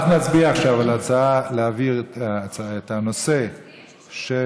אנחנו נצביע עכשיו על ההצעה להעביר את הנושא של